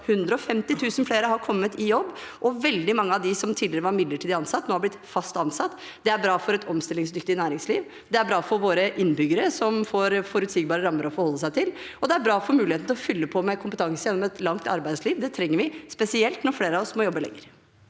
150 000 flere har kommet i jobb, og veldig mange av dem som tidligere var midlertidig ansatt, nå har blitt fast ansatt. Det er bra for et omstillingsdyktig næringsliv, det er bra for våre innbyggere, som får forutsigbare rammer å forholde seg til, og det er bra for muligheten til å fylle på med kompetanse gjennom et langt arbeidsliv. Det trenger vi – spesielt når flere av oss må jobbe lenger.